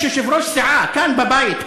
יש יושבת-ראש סיעה כאן בבית,